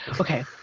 Okay